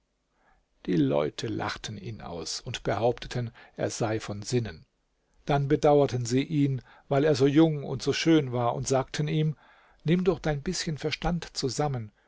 die leute lachten ihn aus und behaupteten er sei von sinnen dann bedauerten sie ihn weil er so jung und so schön war und sagten ihm nimm doch dein bißchen verstand zusammen